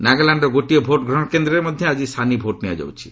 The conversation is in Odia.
ନାଗାଲ୍ୟାଣ୍ଡର ଗୋଟିଏ ଭୋଟ୍ଗ୍ରହଣ କେନ୍ଦ୍ରରେ ମଧ୍ୟ ଆକି ସାନି ଭୋଟ୍ ନିଆଯାଉଛି